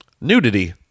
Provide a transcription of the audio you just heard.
nudity